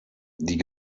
die